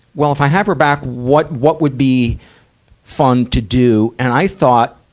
well, if i have her back, what, what would be fun to do? and i thought,